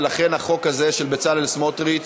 ולכן החוק הזה של בצלאל סמוטריץ